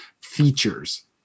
features